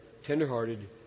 Tenderhearted